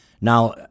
Now